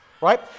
right